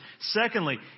Secondly